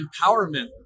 empowerment